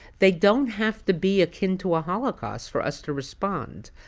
they don't have to be akin to a holocaust for us to respond.